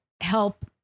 help